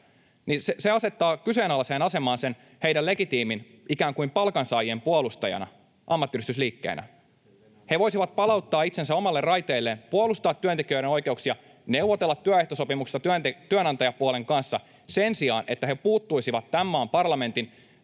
Se asettaa kyseenalaiseen asemaan sen heidän legitiimin asemansa ikään kuin palkansaajien puolustajana, ammattiyhdistysliikkeenä. He voisivat palauttaa itsensä omalle raiteelleen, puolustaa työntekijöiden oikeuksia, neuvotella työehtosopimuksesta työnantajapuolen kanssa sen sijaan, että he puuttuisivat tämän maan parlamentin